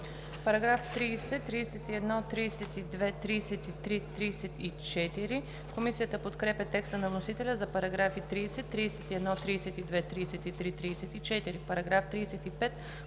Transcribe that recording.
параграфи 30, 31, 32, 33, 34. Комисията подкрепя текста на вносителя за параграфи 30, 31, 32, 33, 34. Комисията